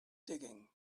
digging